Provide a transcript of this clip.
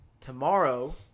Tomorrow